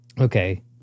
okay